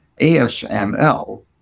ASML